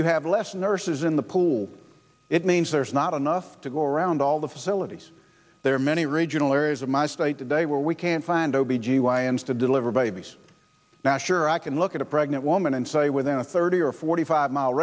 you have less nurses in the pool it means there's not enough to go around all the facilities there are many regional areas of my state today where we can't find o b g y n to deliver babies now sure i can look at a pregnant woman and say within a thirty or forty five mile